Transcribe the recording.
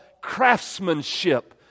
craftsmanship